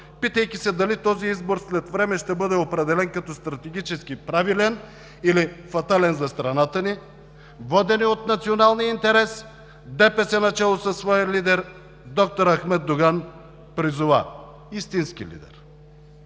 питайки се дали този избор след време ще бъде определен като стратегически правилен или фатален за страната ни, водени от националния интерес, ДПС начело със своя лидер д-р Ахмед Доган – истински лидер,